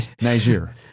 Niger